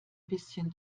bisschen